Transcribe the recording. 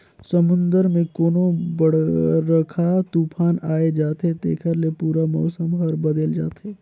समुन्दर मे कोनो बड़रखा तुफान आये जाथे तेखर ले पूरा मउसम हर बदेल जाथे